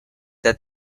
that